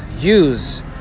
use